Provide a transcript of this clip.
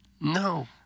no